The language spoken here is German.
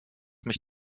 mich